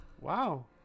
Wow